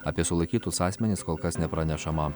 apie sulaikytus asmenis kol kas nepranešama